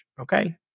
okay